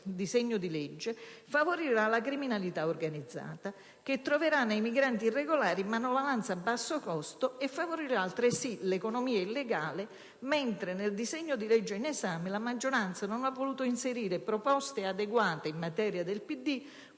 dal disegno di legge in esame, favorirà la criminalità organizzata, che troverà nei migranti irregolari manovalanza a basso costo, e favorirà altresì l'economia illegale; nel disegno di legge in esame, infatti, la maggioranza non ha voluto inserire le proposte in materia del